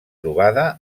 trobada